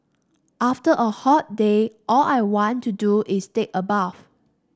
after a hot day all I want to do is take a bath